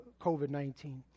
COVID-19